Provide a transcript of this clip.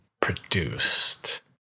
produced